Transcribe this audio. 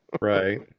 Right